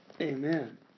Amen